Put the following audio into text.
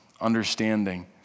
understanding